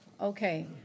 Okay